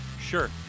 Sure